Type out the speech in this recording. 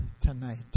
tonight